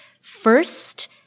First